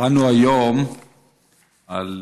קראנו היום על